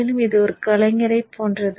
மேலும் இது ஒரு கலைஞரைப் போன்றது